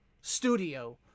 studio